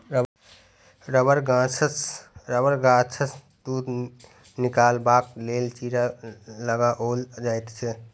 रबड़ गाछसँ दूध निकालबाक लेल चीरा लगाओल जाइत छै